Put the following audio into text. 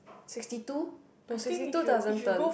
sixty two to sixty two doesn't turn